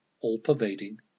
all-pervading